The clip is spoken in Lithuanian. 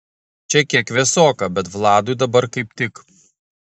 čia kiek vėsoka bet vladui dabar kaip tik